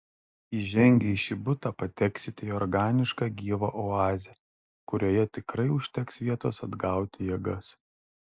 įžengę į šį butą pateksite į organišką gyvą oazę kurioje tikrai užteks vietos atgauti jėgas